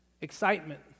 excitement